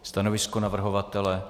Stanovisko navrhovatele?